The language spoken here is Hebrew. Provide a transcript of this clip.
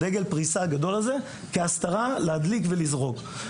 בדגל פריסה הגדול הזה כהסתרה להדליק ולזרוק.